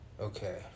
okay